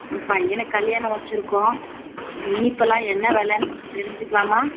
அ பையனுக்குக் கல்யாணம் வச்சிருக்கோம் இனிப்பெல்லாம் என்ன விலைன்னு தெரிஞ்சுக்கலாமா